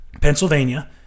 Pennsylvania